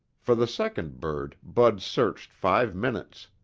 for the second bird bud searched five minutes.